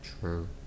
True